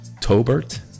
Tobert